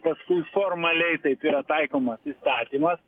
paskui formaliai taip yra taikomas įstatymas